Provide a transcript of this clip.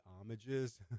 homages